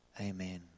Amen